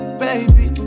baby